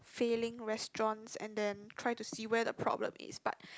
failing restaurants and then try to see where the problem is but